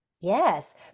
Yes